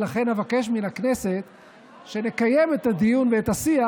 ולכן אבקש מן הכנסת שנקיים את הדיון ואת השיח